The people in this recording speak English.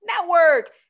Network